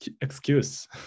excuse